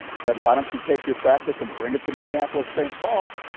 said why don't you take your practice and bring it to minneapolis-st. paul?